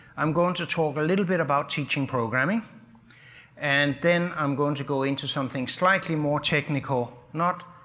i'm going to talk a little bit about teaching programming and then i'm going to go into something slightly more technical, not